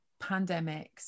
pandemics